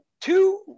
two